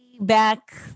back